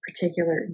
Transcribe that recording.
particular